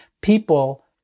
people